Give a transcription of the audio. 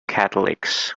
catholics